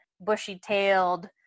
bushy-tailed